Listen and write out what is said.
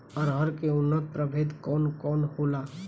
अरहर के उन्नत प्रभेद कौन कौनहोला?